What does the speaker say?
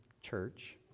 church